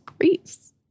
Greece